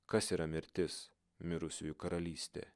kas yra mirtis mirusiųjų karalystė